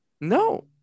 No